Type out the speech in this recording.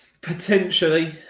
Potentially